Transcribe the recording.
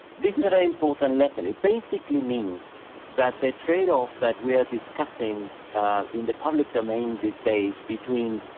these are important lesson, it basically means that the trade-off that we are discussing in the public domain these days between